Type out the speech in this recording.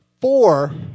four